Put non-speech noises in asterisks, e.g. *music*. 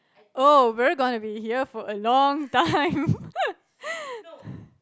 oh we're gonna be here for a long time *laughs*